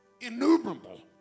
innumerable